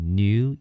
new